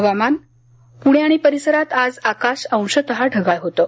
हवामान पुणे आणि परिसरात आज आकाश अंशतः ढगाळ होतं